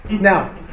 Now